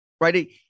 right